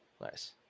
Nice